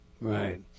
right